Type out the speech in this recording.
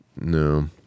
No